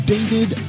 David